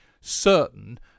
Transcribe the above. certain